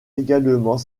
également